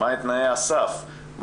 מה תנאי הסף,